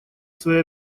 свои